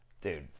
Dude